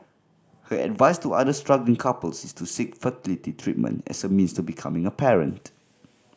her advice to other struggling couples is to seek fertility treatment as a means to becoming a parent